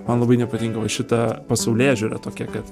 man labai nepatinka vat šita pasaulėžiūra tokia kad